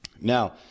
Now